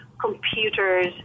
computers